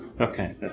Okay